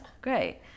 great